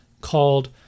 called